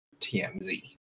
TMZ